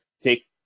take